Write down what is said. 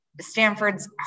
Stanford's